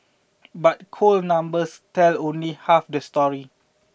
but cold numbers tell only half the story